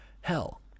hell